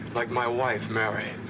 like my wife, mary.